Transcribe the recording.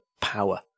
power